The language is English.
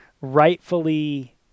rightfully